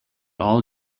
all